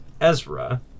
Ezra